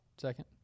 second